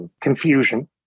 confusion